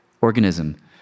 organism